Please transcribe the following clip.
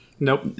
Nope